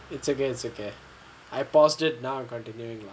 it's okay it's okay I paused it now continuing